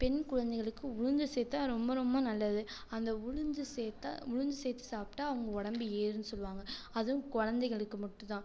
பெண் குழந்தைகளுக்கு உளுந்து சேர்த்தா ரொம்ப ரொம்ப நல்லது அந்த உளுந்து சேர்த்தா உளுந்து சேர்த்து சாப்பிட்டா அவங்க உடம்பு ஏறுன்னு சொல்லுவாங்கள் அதுவும் குலந்தைகளுக்கு மட்டும்தான்